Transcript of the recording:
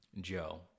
Joe